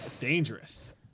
Dangerous